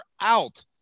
out